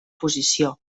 posició